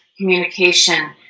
Communication